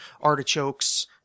Artichokes